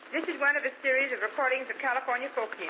this is one of a series of recordings of california folk